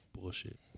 bullshit